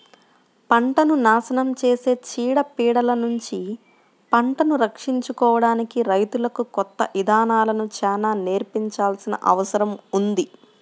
పంటను నాశనం చేసే చీడ పీడలనుంచి పంటను రక్షించుకోడానికి రైతులకు కొత్త ఇదానాలను చానా నేర్పించాల్సిన అవసరం ఉంది